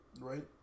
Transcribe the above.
Right